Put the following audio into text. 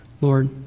Lord